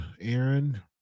Aaron